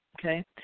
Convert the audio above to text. okay